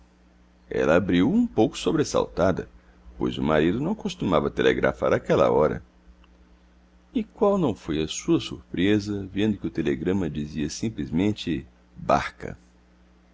ela abriu-o um pouco sobressaltada pois o marido não costumava telegrafar àquela hora e qual não foi a sua surpresa vendo que o telegrama dizia simplesmente barca